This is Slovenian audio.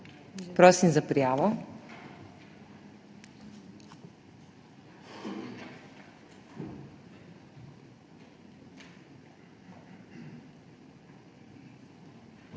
Prosim za prijavo.